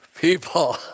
people